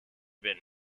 been